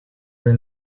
you